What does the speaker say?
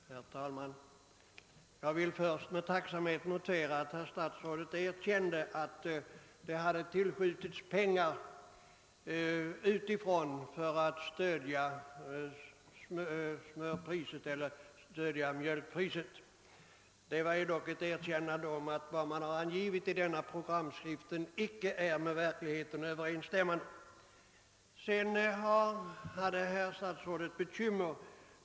Herr talman! Jag vill först med tacksamhet notera att herr statsrådet erkände att det hade tillskjutits pengar utifrån för att stödja mjölkpriset. Det var dock ett erkännande av att vad man har uppgivit i denna programskrift inte är med verkligheten överensstämmande.